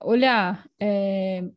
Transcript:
Olhar